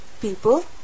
people